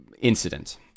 incident